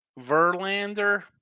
Verlander